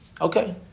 Okay